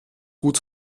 gut